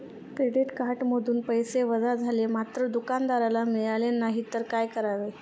Credit कार्डमधून पैसे वजा झाले मात्र दुकानदाराला मिळाले नाहीत तर काय करावे?